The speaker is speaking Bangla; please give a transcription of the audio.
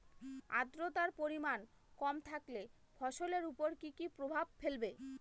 আদ্রর্তার পরিমান কম থাকলে ফসলের উপর কি কি প্রভাব ফেলবে?